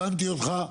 הבנתי אותך.